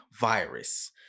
virus